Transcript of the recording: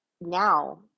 now